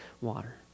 water